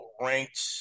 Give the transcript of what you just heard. ranked